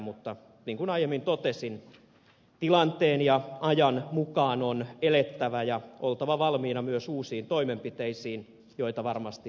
mutta niin kuin aiemmin totesin tilanteen ja ajan mukaan on elettävä ja oltava valmiina myös uusiin toimenpiteisiin joita varmasti vielä tarvitsemme